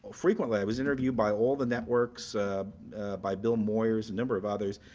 frequently. i was interviewed by all the networks by bill moyers, a number of others.